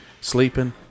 sleeping